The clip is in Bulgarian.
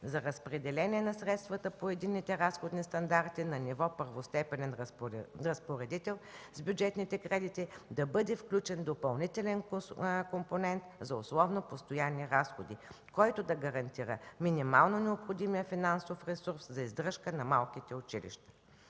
за разпределение на средствата по единните разходни стандарти на ниво първостепенен разпоредител с бюджетните кредити – да бъде включен допълнителен компонент за условно постоянни разходи, който да гарантира минимално необходимия финансов ресурс за издръжка на малките училища.